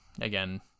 again